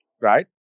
Right